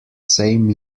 same